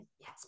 yes